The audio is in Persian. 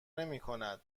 نمیکند